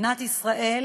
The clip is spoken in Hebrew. מדינת ישראל